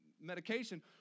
medication